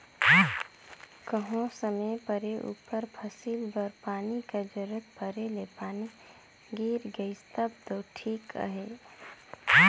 कहों समे परे उपर फसिल बर पानी कर जरूरत परे ले पानी गिर गइस तब दो ठीक अहे